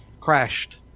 crashed